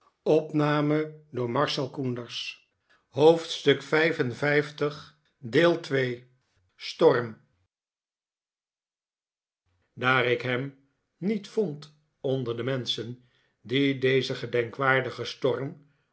daar ik ham niet vond onder de menschen die deze gedenkwaardige storm